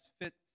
fits